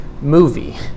movie